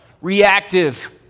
reactive